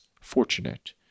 fortunate